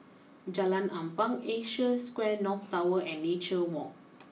Jalan Ampang Asia Square North Tower and Nature walk